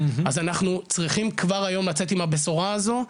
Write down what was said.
אז אנחנו צריכים כבר היום לצאת עם הבשורה הזו,